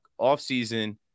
offseason